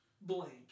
blank